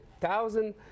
thousand